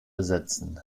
ersetzen